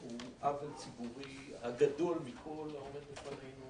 הוא עוול ציבורי הגדול מכל העומד לפנינו